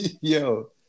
Yo